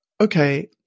okay